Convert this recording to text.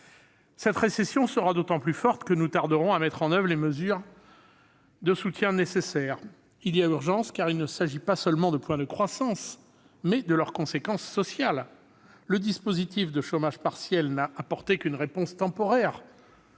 Cette récession sera d'autant plus forte que nous tarderons à mettre en oeuvre les mesures de soutien nécessaires. Il y a urgence, car il s'agit non seulement de points de croissance, mais aussi des conséquences sociales : le dispositif de chômage partiel n'a apporté qu'une réponse temporaire